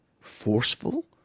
forceful